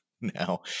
now